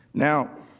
now